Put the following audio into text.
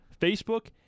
Facebook